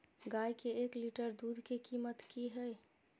गाय के एक लीटर दूध के कीमत की हय?